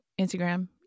Instagram